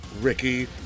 Ricky